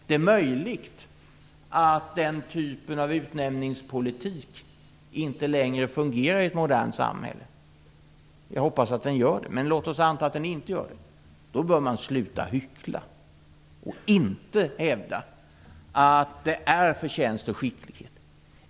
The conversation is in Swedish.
Det är möjligt att den typen av utnämningspolitik inte längre fungerar i ett modernt samhälle. Jag hoppas att den gör det, men om vi antar att den inte gör det bör man sluta hyckla och inte hävda att det är förtjänst och skicklighet.